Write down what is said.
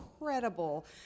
incredible